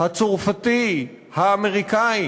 הצרפתי, האמריקני,